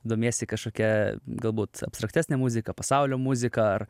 domiesi kažkokia galbūt abstraktesne muzika pasaulio muzika ar